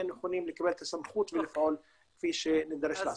נכונים לקבל את הסמכות לפעול כפי שנידרש לעשות.